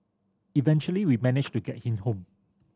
eventually we managed to get him home